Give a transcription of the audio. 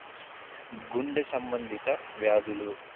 గుండె సంబంధిత వ్యాధులు